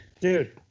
dude